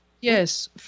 Yes